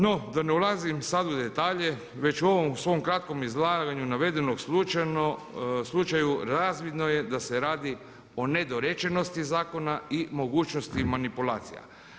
No, da ne ulazim sad u detalje već u ovom svom kratkom izlaganju navedenog slučaja razvidno je da se radi o nedorečenosti zakona i mogućnosti manipulacija.